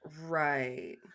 right